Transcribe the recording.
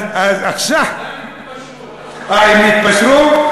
אז עכשיו, על זה הם התפשרו.